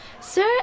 Sir